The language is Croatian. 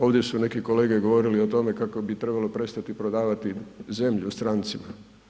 Ovdje su neki kolege govorili o tome kako bi trebalo prestati prodavati zemlju strancima.